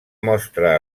mostra